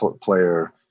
player